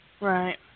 Right